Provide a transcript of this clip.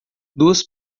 duas